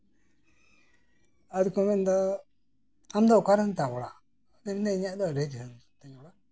ᱪᱟᱞᱟᱣᱱᱟᱧ ᱧᱩᱛᱩᱢ ᱠᱚ ᱠᱩᱞᱤ ᱠᱤᱫᱤᱧᱟ ᱟᱫᱚ ᱠᱚ ᱢᱤᱛᱟᱹᱧ ᱠᱟᱱᱟ ᱟᱢ ᱫᱚ ᱚᱠᱟ ᱨᱮᱛᱟᱢ ᱚᱲᱟᱜ ᱤᱧᱟᱹᱜ ᱫᱚ ᱟᱹᱰᱤ ᱡᱷᱟᱹᱞ ᱨᱮᱛᱤᱧ ᱚᱲᱟᱜ